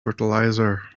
fertilizer